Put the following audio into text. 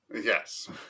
Yes